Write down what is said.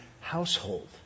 household